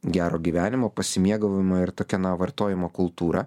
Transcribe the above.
gero gyvenimo pasimėgavimo ir tokia na vartojimo kultūra